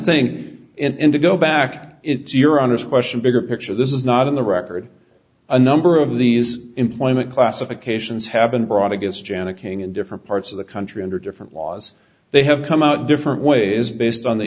thing and to go back into your honest question bigger picture this is not in the record a number of these employment classifications have been brought against janet king in different parts of the country under different laws they have come out different ways based on the